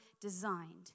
designed